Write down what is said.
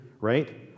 right